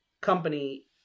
company